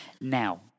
Now